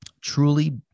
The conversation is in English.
truly